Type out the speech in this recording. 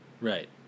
Right